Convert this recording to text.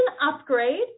upgrade